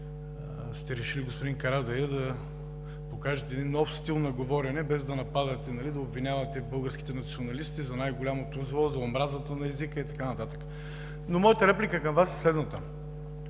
сте решили, господин Карадайъ, да покажете нов стил на говорене - без да нападате, да обвинявате българските националисти за най-голямото зло, за омразата на езика и така нататък. Моята реплика към Вас е следната.